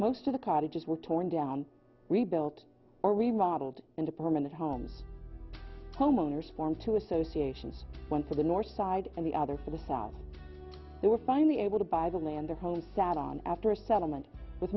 most of the cottages were torn down rebuilt or remodeled into permanent homes homeowners form two associations one for the north side and the other for the south they were finally able to buy the land their home sat on after settlement with